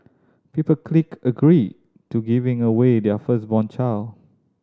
people clicked agree to giving away their firstborn child